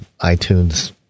itunes